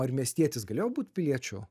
ar miestietis galėjo būt piliečiu